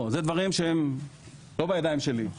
אלו דברים שלא בידיים שלי.